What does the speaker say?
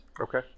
Okay